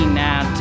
now